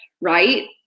right